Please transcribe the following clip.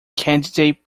candidate